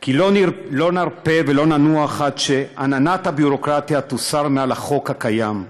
כי לא נרפה ולא ננוח עד שעננת הביורוקרטיה תוסר מעל החוק הקיים.